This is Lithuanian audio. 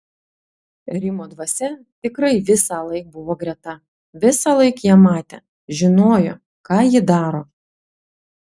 rimo dvasia tikrai visąlaik buvo greta visąlaik ją matė žinojo ką ji daro